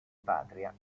patria